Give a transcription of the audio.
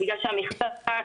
בגלל שהמכסה,